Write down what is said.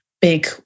big